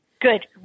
Good